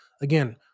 again